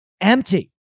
empty